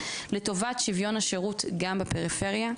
לטובת שוויון השירות גם בפריפריה.